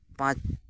ᱯᱟᱸᱪ